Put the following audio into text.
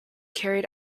carried